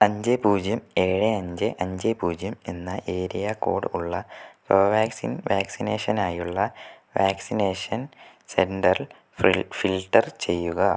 അഞ്ചേ പൂജ്യം ഏഴ് അഞ്ചേ അഞ്ചേ പൂജ്യം എന്ന ഏരിയ കോഡ് ഉള്ള കോവാക്സിൻ വാക്സിനേഷനായുള്ള വാക്സിനേഷൻ സെൻറ്റർ ഫിൽ ഫിൽട്ടർ ചെയ്യുക